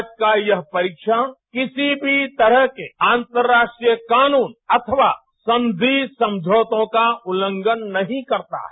आज का यह परीक्षण किसी भी तरह के अंतर्राष्ट्रीय कानून अथवा सांधि समझौतों का उल्लंघन नहीं करता है